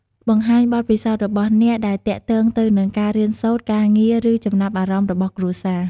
បង្ហាញបទពិសោធន៍របស់អ្នកដែលទាក់ទងទៅនឹងការរៀនសូត្រ ការងារ ឬចំណាប់អារម្មណ៍របស់គ្រួសារ។